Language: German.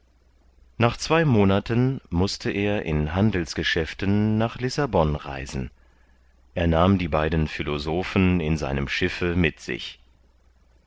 nach zwei monaten mußte er in handelsgeschäften nach lissabon reisen er nahm die beiden philosophen in seinem schiffe mit sich